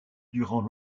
durant